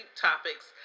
topics